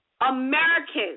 Americans